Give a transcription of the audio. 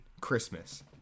christmas